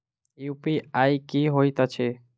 UPI की होइत अछि